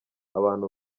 abantu